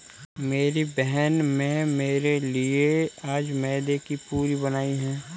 मेरी बहन में मेरे लिए आज मैदे की पूरी बनाई है